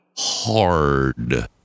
hard